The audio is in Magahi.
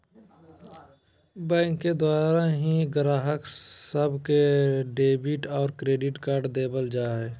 बैंक के द्वारा ही गाहक सब के डेबिट और क्रेडिट कार्ड देवल जा हय